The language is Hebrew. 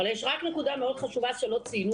אבל יש רק נקודה מאוד חשובה שלא ציינו